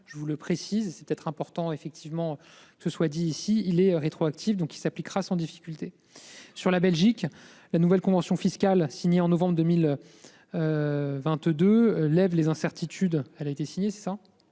Je vous le précise, c'était important effectivement ce soit d'ici il est rétroactive, donc il s'appliquera sans difficulté sur la Belgique, la nouvelle convention fiscale signée en novembre 2000. 22 lève les incertitudes, elle a été signée. C'est ça